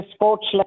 Sports